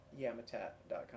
Yamatat.com